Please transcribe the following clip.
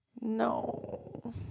No